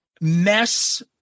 mess